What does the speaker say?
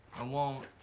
i won't.